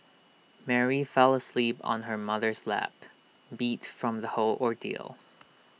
Mary fell asleep on her mother's lap beat from the whole ordeal